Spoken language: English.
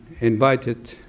invited